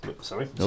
sorry